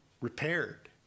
repaired